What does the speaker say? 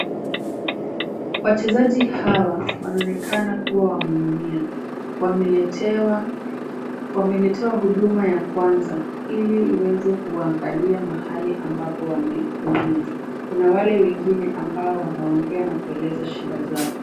Wachezaji hawa wanaonekana kuwa wameumia. Wameletewa huduma ya kwanza ili iweze kuwaangilia mahali ambapo wameumia. Kuna wale wengine ambao wanaongea na kueleza shida zao.